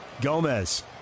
Gomez